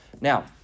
Now